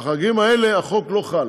על החריגים האלה החוק לא חל,